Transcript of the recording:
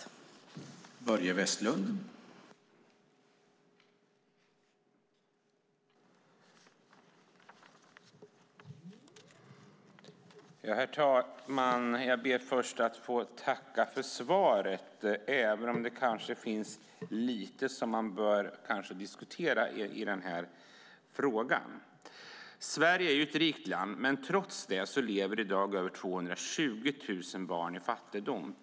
Då Anders Ygeman, som framställt interpellationen, anmält att han var förhindrad att närvara vid sammanträdet medgav talmannen att Börje Vestlund i stället fick delta i överläggningen.